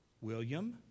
William